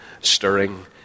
stirring